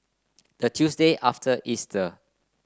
the Tuesday after Easter